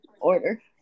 order